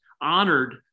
honored